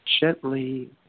gently